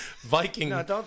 Viking